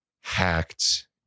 hacked